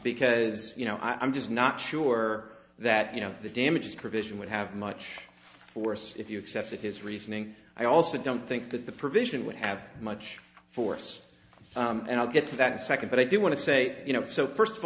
because you know i'm just not sure that you know the damages provision would have much force if you accepted his reasoning i also don't think that the provision would have much force and i'll get to that second but i do want to say you know so first of